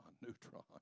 neutron